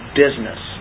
business